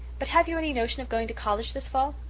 but have you any notion of going to college this fall?